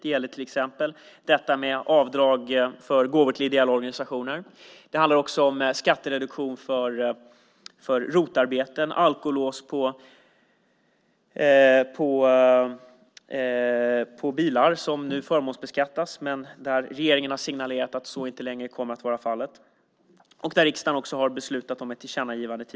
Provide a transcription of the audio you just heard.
Det gäller till exempel avdrag för gåvor till ideella organisationer. Det handlar också om skattereduktion för ROT-arbetet. Det gäller även alkolås på bilar som nu förmånsbeskattas, men där regeringen har signalerat att så inte längre kommer att vara fallet och där riksdagen redan tidigare beslutat om ett tillkännagivande.